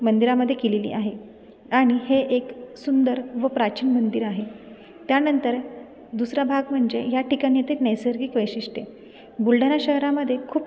मंदिरामध्ये केलेली आहे आणि हे एक सुंदर व प्राचीन मंदिर आहे त्यानंतर दुसरा भाग म्हणजे या ठिकाणी ते नैसर्गिक वैशिष्ट्ये बुलढाणा शहरामध्ये खूप